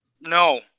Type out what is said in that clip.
No